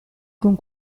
con